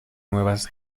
nuevas